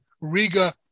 Riga